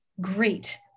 great